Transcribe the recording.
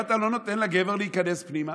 איך אתה לא נותן לגבר להיכנס פנימה?